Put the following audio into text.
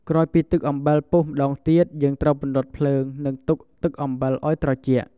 ក្រោយពីទឹកអំបិលពុះម្ដងទៀត យើងត្រូវពន្លត់ភ្លើង និងទុកទឹកអំបិលឱ្យត្រជាក់។